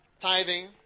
Tithing